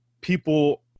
people